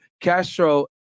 Castro